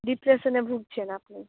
ডিপ্রেশনে ভুগছেন আপনি